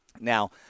Now